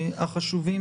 החשובים,